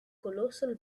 colossal